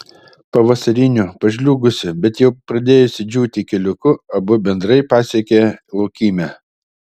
pavasariniu pažliugusiu bet jau pradėjusiu džiūti keliuku abu bendrai pasiekė laukymę